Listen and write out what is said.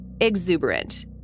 exuberant